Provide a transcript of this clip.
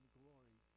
glory